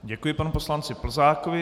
Děkuji panu poslanci Plzákovi.